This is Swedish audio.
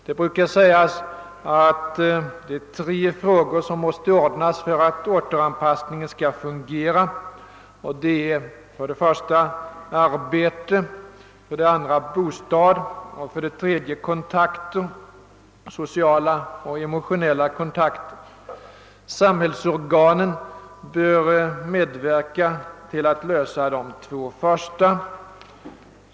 Det brukar sägas att tre saker måste ordnas för att återanpassningen skall fungera: arbete, bostad samt sociala och emotionella kontakter. Samhällsorganen bör medverka till att lösa de två förstnämnda.